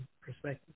perspective